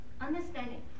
understanding